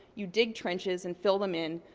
you dig trenches and fill them in,